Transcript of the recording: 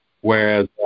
whereas